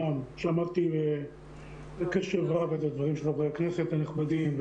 שמעתי בקשב רב את הדברים של חברי הכנסת הנכבדים,